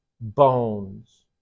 bones